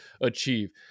achieve